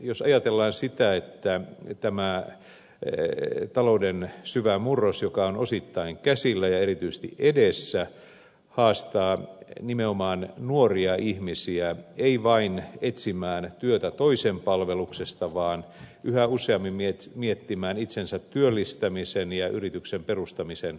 jos ajatellaan sitä että tämä talouden syvä murros joka on osittain käsillä ja erityisesti edessä haastaa nimenomaan nuoria ihmisiä ei vain etsimään työtä toisen palveluksesta vaan yhä useammin miettimään itsensä työllistämisen ja yrityksen perustamisen vaihtoehtoa